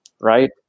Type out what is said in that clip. right